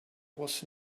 was